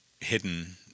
hidden